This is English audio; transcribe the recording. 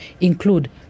include